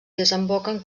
desemboquen